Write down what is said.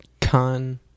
con